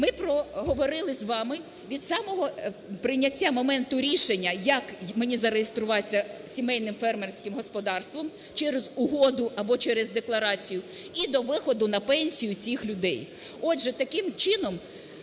ми проговорили з вами від самого прийняття моменту рішення, як мені зареєструватися сімейним фермерським господарством через угоду або через декларацію, і до виходу на пенсію цих людей. Отже, таким чином,